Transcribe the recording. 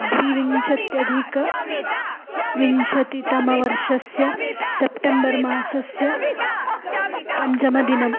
द्वाविंशत्यधिक विंशतितमवर्षस्य सेप्टेम्बर् मासस्य पञ्चमदिनम्